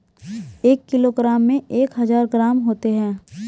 एक किलोग्राम में एक हजार ग्राम होते हैं